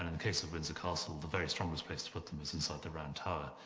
and and case of windsor castle, the very strongest place to put them is inside the round tower.